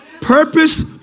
Purpose